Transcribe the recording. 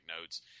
notes